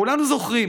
כולנו זוכרים